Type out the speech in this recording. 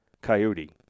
coyote